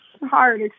hard